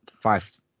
five